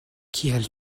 kiel